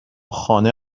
خانه